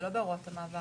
זה לא בתוך הוראות המעבר.